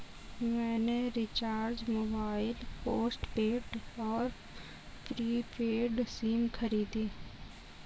मैंने recharge mobile postpaid और prepaid SIM खरीदे